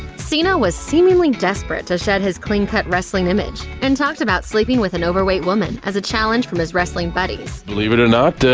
cena was seemingly desperate to shed his clean-cut wrestling image and talked about sleeping with an overweight woman as a challenge from his wrestling buddies. believe it or not,